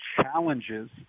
challenges